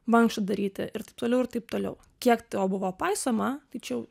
mankštą daryti ir taip toliau ir taip toliau kiek to buvo paisoma tai čia jau